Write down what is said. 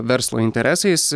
verslo interesais